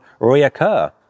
reoccur